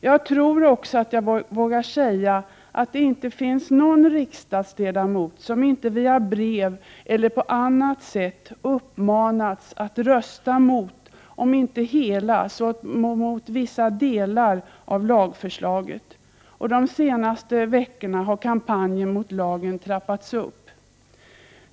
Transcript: Jag tror också att jag vågar säga att det inte finns någon riksdagsledamot som inte via brev eller på annat sätt uppmanats att rösta mot, om inte hela så i varje fall vissa delar av lagförslaget. De senaste veckorna har kampanjen mot lagen trappats upp.